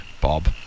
Bob